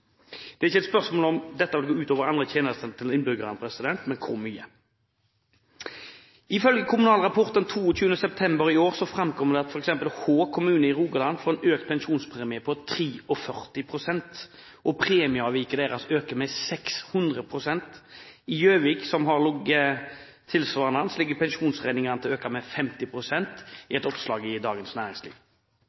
Det er ikke et spørsmål om hvorvidt dette vil gå ut over andre tjenester til innbyggerne, men om hvor mye. Ifølge Kommunal Rapport den 22. september i år fremkommer det at f.eks. Hå kommune i Rogaland får en økt pensjonspremie på 43 pst., og premieavviket deres øker med 600 pst. I Gjøvik kommune, som har ligget tilsvarende an, ligger pensjonsregningen an til å øke med 50 pst., ifølge et oppslag i Dagens Næringsliv.